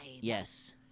Yes